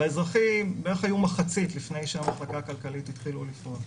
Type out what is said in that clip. באזרחי היו בערך מחצית לפני שהמחלקה הכלכלית התחילה לפעול,